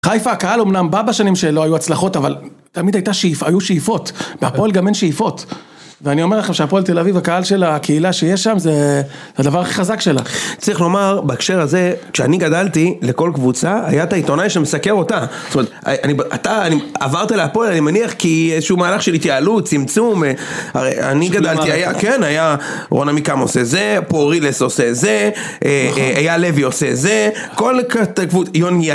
חיפה, הקהל אמנם בא בשנים שלא היו הצלחות, אבל תמיד היו שאיפות. בהפועל גם אין שאיפות. ואני אומר לכם שהפועל תל אביב, הקהל של הקהילה שיש שם, זה הדבר הכי חזק שלה. צריך לומר, בהקשר הזה, כשאני גדלתי, לכל קבוצה, היה את העיתונאי שמסקר אותה. זאת אומרת, אתה, עברת להפועל, אני מניח כי איזשהו מהלך של התיעלות, צמצום, הרי אני גדלתי, כן, היה רון עמיקם עושה זה, פה רילס עושה זה, היה לוי עושה זה, כל קבוצה.